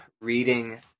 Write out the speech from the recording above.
reading